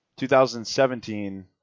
2017